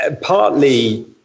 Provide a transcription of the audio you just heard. Partly